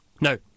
no